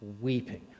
weeping